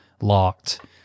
locked